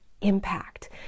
impact